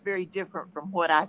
very different from what i